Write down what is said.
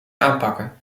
aanpakken